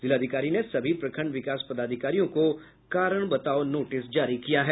जिलाधिकारी ने सभी प्रखंड विकास पदाधिकारियों को कारण बताओ नोटिस जारी किया है